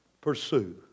Pursue